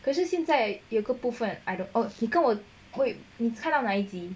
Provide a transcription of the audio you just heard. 可是现在有个部分 I think 我贵你看到那一集